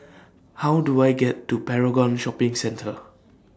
How Do I get to Paragon Shopping Centre